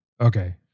Okay